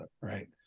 right